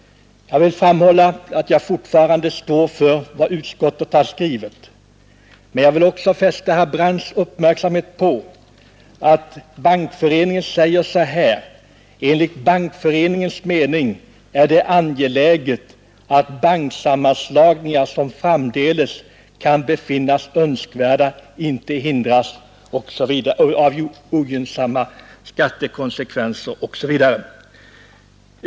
Jag vill framhålla att jag fortfarande står för vad utskottet har skrivit, men jag vill också fästa herr Brandts uppmärksamhet på att Bankföreningen säger, att det enligt Bankföreningens mening är angeläget att banksammanslagningar som framdeles kan befinnas önskvärda inte hindras av ogynnsamma skattekonsekvenser.